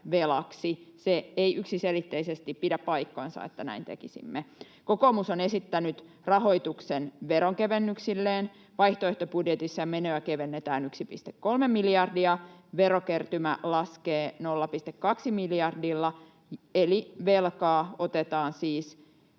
Se ei yksiselitteisesti pidä paikkaansa, että näin tekisimme. Kokoomus on esittänyt rahoituksen veronkevennyksilleen. Vaihtoehtobudjetissa menoja kevennetään 1,3 miljardia, verokertymä laskee 0,2 miljardilla, eli velkaa otetaan siis